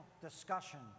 discussion